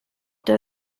der